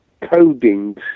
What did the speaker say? coding